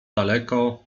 daleko